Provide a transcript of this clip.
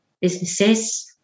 businesses